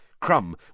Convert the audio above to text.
Crumb